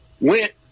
went